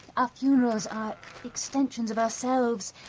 our funerals are extensions of ourselves!